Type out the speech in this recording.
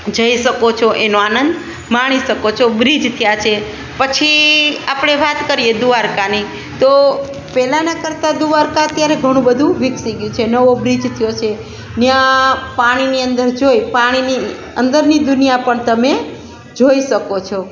જઈ શકો છો એનો આનંદ માણી શકો છો બ્રિજ ત્યાં છે પછી આપણે વાત કરીએ દ્વારકાની તો પહેલાંના કરતાં દ્વારકા અત્યારે ઘણુંબધુ વિકસી ગયું છે નવો બ્રિજ થયો છે ત્યાં પાણીની અંદર જોઈ પાણીની અંદરની દુનિયા પણ તમે જોઈ શકો છો